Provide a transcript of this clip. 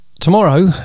tomorrow